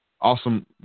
Awesome